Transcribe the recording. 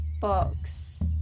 box